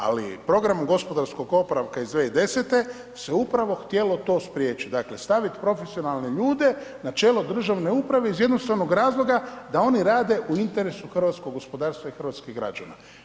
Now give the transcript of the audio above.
Ali, programom gospodarskog oporavka iz 2010. se upravo htjelo to spriječiti, dakle, staviti profesionalne ljude na čelo državne uprave iz jednostavnog razloga da oni rade u interesu hrvatskog gospodarstva i hrvatskih građana.